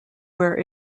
where